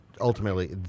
ultimately